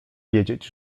wiedzieć